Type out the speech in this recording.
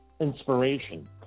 inspiration